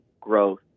growth